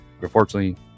Unfortunately